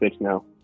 now